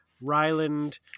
Ryland